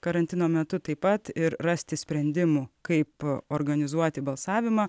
karantino metu taip pat ir rasti sprendimų kaip organizuoti balsavimą